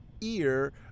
ear